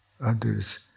others